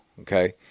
okay